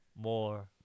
more